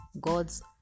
God's